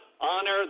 honor